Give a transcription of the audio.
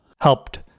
helped